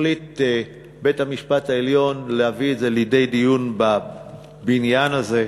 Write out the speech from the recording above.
יחליט בית-המשפט העליון להביא את זה לידי דיון בעניין הזה,